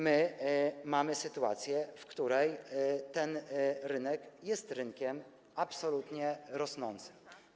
My mamy sytuację, w której ten rynek jest rynkiem absolutnie rosnącym.